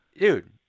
dude